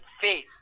face